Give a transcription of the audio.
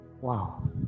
Wow